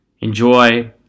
enjoy